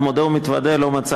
אני מודה ומתוודה, לא מצאתי,